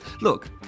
Look